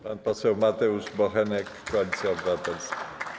Pan poseł Mateusz Bochenek, Koalicja Obywatelska.